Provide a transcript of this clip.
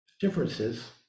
differences